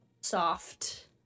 soft